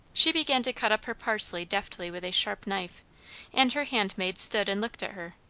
she began to cut up her parsley deftly with a sharp knife and her handmaid stood and looked at her.